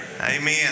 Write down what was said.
Amen